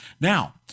Now